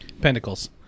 Pentacles